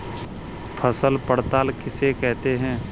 फसल पड़ताल किसे कहते हैं?